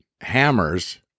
hammers